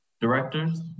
Directors